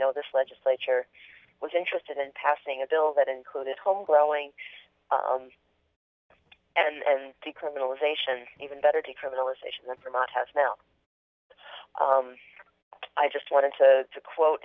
know this legislature was interested in passing a bill that included home growing and decriminalization even better decriminalization of vermont has now i just want to quote